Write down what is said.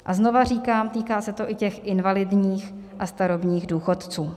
A znovu říkám, týká se to i těch invalidních a starobních důchodců.